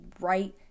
right